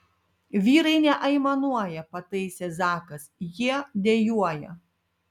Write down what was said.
vyrai neaimanuoja pataisė zakas jie dejuoja